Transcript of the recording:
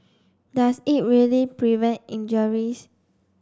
does it really prevent injuries